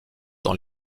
dans